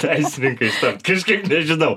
teisininkais tapt kažkaip nežinau